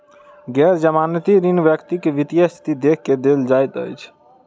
गैर जमानती ऋण व्यक्ति के वित्तीय स्थिति देख के देल जाइत अछि